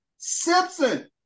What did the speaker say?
Simpson